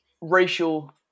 racial